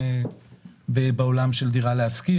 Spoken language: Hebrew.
אם בעולם של דירה להשכיר,